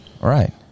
Right